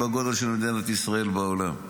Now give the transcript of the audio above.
בגודל של מדינת ישראל בעולם.